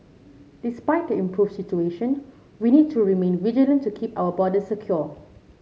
despite the improved situation we need to remain vigilant to keep our border secure